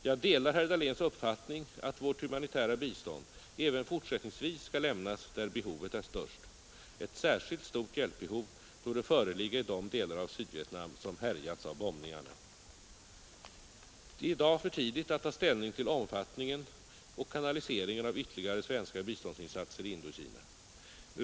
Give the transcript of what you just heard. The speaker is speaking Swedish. Jag delar herr Dahléns uppfattning att vårt humanitära bistånd även fortsättningsvis skall lämnas där behovet är störst. Ett särskilt stort hjälpbehov torde föreligga i de delar av Sydvietnam som härjats av bombningarna. Det är i dag för tidigt att ta ställning till omfattningen och kanaliseringen av ytterligare svenska biståndsinsatser i Indokina.